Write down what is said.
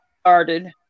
started